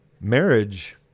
Marriage